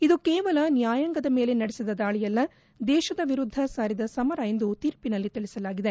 ಇದು ಕೇವಲ ನ್ಯಾಯಾಂಗದ ಮೇಲೆ ನಡೆಸಿದ ದಾಳಿಯಲ್ಲ ದೇಶದ ವಿರುದ್ದ ಸಾರಿದ ಸಮರ ಎಂದು ತೀರ್ಪಿನಲ್ಲಿ ತಿಳಿಸಲಾಗಿದೆ